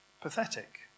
pathetic